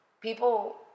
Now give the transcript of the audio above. people